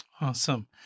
Awesome